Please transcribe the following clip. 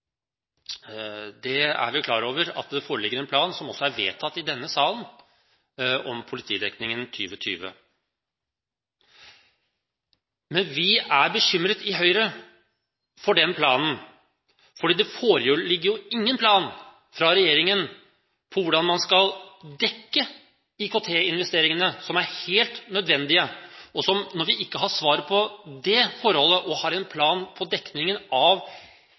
er klar over at det foreligger en plan, som også er vedtatt i denne salen, for politidekningen 2020. Vi i Høyre er bekymret for den planen, for det foreligger jo ingen plan fra regjeringen for hvordan man skal dekke IKT-investeringene som er helt nødvendige. Når vi ikke har svaret på det forholdet, eller en plan for dekningen av